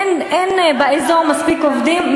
אין באזור מספיק עובדים,